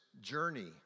journey